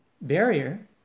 barrier